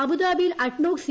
അബുദാബിയിൽ ADNOC C